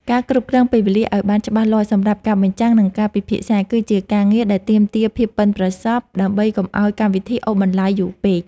ការគ្រប់គ្រងពេលវេលាឱ្យបានច្បាស់លាស់សម្រាប់ការបញ្ចាំង និងការពិភាក្សា គឺជាការងារដែលទាមទារភាពប៉ិនប្រសប់ ដើម្បីកុំឱ្យកម្មវិធីអូសបន្លាយយូរពេក។